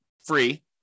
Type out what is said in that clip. Free